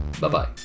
bye-bye